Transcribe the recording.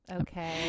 okay